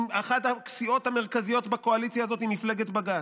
אחת הסיעות המרכזיות בקואליציה הזאת היא מפלגת בג"ץ,